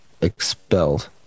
expelled